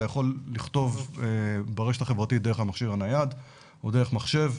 אתה יכול לכתוב ברשת החברתית דרך המכשיר הנייד או דרך מחשב.